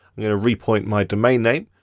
i'm gonna repoint my domain name.